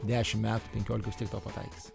dešim metų penkiolika vis tiek tau pataikys